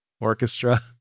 Orchestra